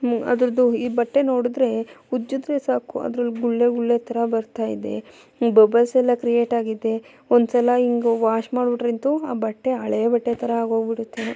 ಅದ್ರದ್ದು ಈ ಬಟ್ಟೆ ನೋಡಿದ್ರೆ ಉಜ್ಜಿದ್ರೆ ಸಾಕು ಅದ್ರಲ್ಲಿ ಗುಳ್ಳೆ ಗುಳ್ಳೆ ಥರ ಬರ್ತಾಯಿದೆ ಬಬಲ್ಸ್ ಎಲ್ಲ ಕ್ರಿಯೇಟ್ ಆಗಿದೆ ಒಂದ್ಸಲ ಹಿಂಗೆ ವಾಶ್ ಮಾಡ್ಬಿಟ್ರಂತೂ ಆ ಬಟ್ಟೆ ಹಳೆ ಬಟ್ಟೆ ಥರ ಆಗೋಗ್ಬಿಡುತ್ತೇನೋ